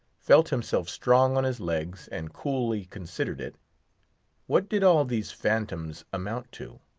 felt himself strong on his legs, and coolly considered it what did all these phantoms amount to?